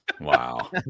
Wow